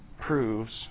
proves